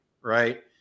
Right